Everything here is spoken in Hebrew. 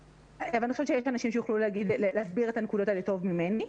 אבל אני חושבת שיש אנשים שיוכלו להסביר את הנקודות האלה טוב ממני.